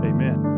Amen